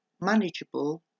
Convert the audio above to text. manageable